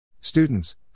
Students